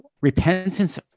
repentance